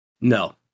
No